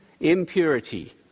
impurity